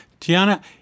Tiana